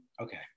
okay